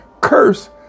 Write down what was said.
curse